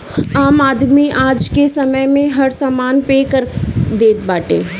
आम आदमी आजके समय में हर समान पे कर देत बाटे